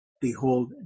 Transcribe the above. Behold